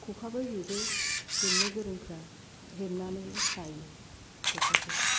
खखाबो हेबो हेबनो गोरोंफ्रा हेबनानै सायो खखाखौ